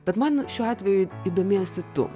bet man šiuo atveju įdomi esi tu